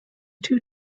two